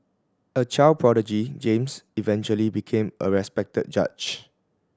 a child prodigy James eventually became a respected judge